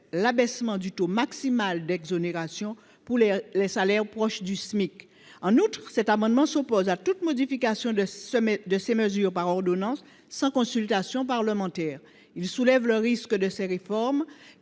l’abaissement du taux maximal d’exonération pour les salaires proches du Smic. En outre, il a pour objet de s’opposer à toute modification de ces mesures par ordonnance sans consultation parlementaire. De fait, de telles réformes